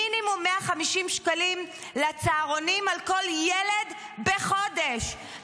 מינימום 150 שקלים לצהרונים על כל ילד בחודש,